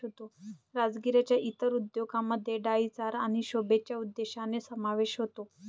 राजगिराच्या इतर उपयोगांमध्ये डाई चारा आणि शोभेच्या उद्देशांचा समावेश होतो